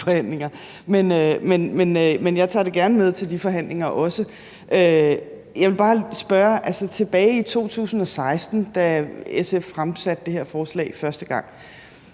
Men jeg tager det gerne med til de forhandlinger også. Jeg vil bare spørge om noget. Tilbage i 2016, da SF fremsatte det her forslag første gang,